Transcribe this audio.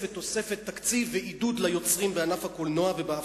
ותוספת תקציב ועידוד ליוצרים בענף הקולנוע ובהפקה.